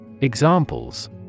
Examples